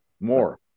more